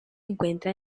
encuentra